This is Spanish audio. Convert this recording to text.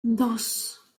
dos